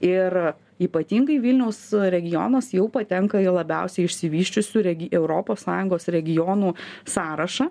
ir ypatingai vilniaus regionas jau patenka į labiausiai išsivysčiusių europos sąjungos regionų sąrašą